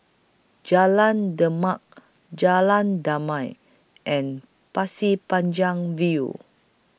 Jalan Demak Jalan Damai and Pasir Panjang View